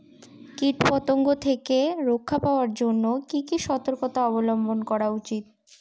কীটপতঙ্গ থেকে রক্ষা পাওয়ার জন্য কি কি সর্তকতা অবলম্বন করা উচিৎ?